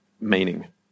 meaning